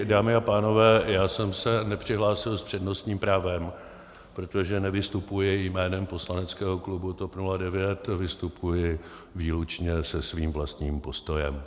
Dámy a pánové, já jsem se nepřihlásil s přednostním právem, protože nevystupuji jménem poslaneckého klubu TOP 09, vystupuji výlučně se svým vlastním postojem.